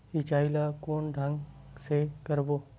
सिंचाई ल कोन ढंग से करबो?